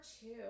two